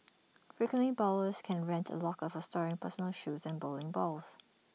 frequent bowlers can rent A locker for storing personal shoes and bowling balls